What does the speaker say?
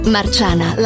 Marciana